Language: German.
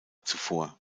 zuvor